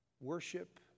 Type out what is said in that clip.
worship